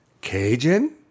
Cajun